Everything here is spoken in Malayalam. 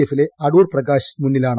എഫിലെ അടൂർ പ്രകാശ് മുന്നിലാണ്